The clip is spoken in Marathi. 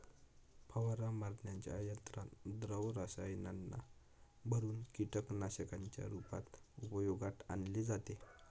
फवारा मारण्याच्या यंत्रात द्रव रसायनांना भरुन कीटकनाशकांच्या रूपात उपयोगात आणले जाते